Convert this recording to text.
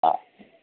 हा